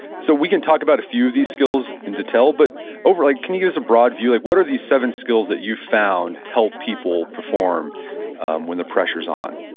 so we can talk about a few of these skills in detail, but overall can you give us a broad view? like what are these seven skills that you've found help people perform when the pressure's on?